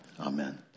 Amen